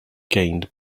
gained